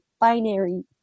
binary